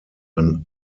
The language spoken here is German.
ein